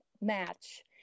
Match